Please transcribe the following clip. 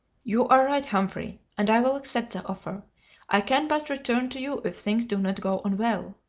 you are right, humphrey, and i will accept the offer i can but return to you if things do not go on well.